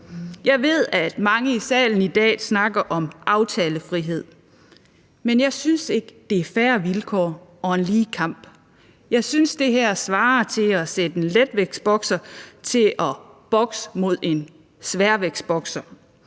Jeg ved, at mange i salen i dag snakker om aftalefrihed. Men jeg synes ikke, det er fair vilkår eller en lige kamp. Jeg synes, det her svarer til at sætte en letvægtsbokser til at bokse mod en sværvægtsbokser.